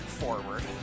forward